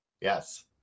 Yes